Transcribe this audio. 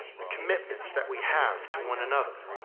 the commitments that we have to one another.